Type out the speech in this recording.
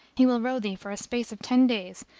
he will row thee for a space of ten days,